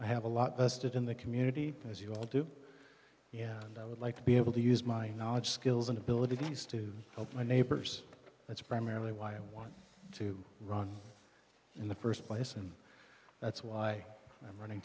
i have a lot vested in the community as you all do and i would like to be able to use my knowledge skills and abilities to help my neighbors that's primarily why i want to run in the first place and that's why i'm running